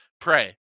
pray